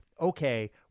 okay